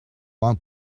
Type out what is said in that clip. one